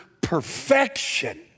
perfection